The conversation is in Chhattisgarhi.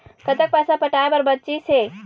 कतक पैसा पटाए बर बचीस हे?